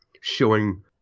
showing